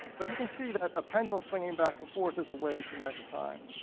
but you can see that a pendulum swinging back and forth is a way to measure time.